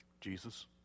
Jesus